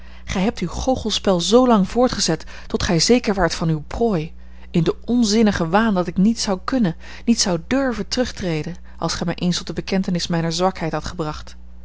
gij hebt uw goochelspel zoolang voortgezet tot gij zeker waart van uwe prooi in den onzinnigen waan dat ik niet zou kunnen niet zou durven terugtreden als gij mij eens tot de bekentenis mijner zwakheid hadt gebracht